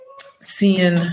Seeing